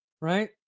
right